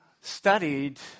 studied